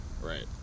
Right